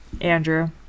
Andrew